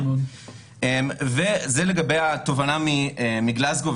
זה לגבי התובנה מגלזגו,